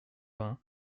vingt